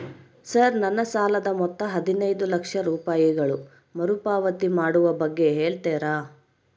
Sir ನನ್ನ ಸಾಲದ ಮೊತ್ತ ಹದಿನೈದು ಲಕ್ಷ ರೂಪಾಯಿಗಳು ಮರುಪಾವತಿ ಮಾಡುವ ಬಗ್ಗೆ ಹೇಳ್ತೇರಾ?